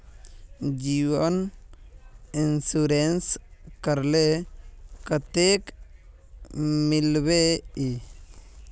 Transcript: जीवन इंश्योरेंस करले कतेक मिलबे ई?